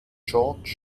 george